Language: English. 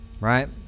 right